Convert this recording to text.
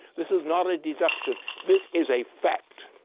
this is not a deduction this is a fact.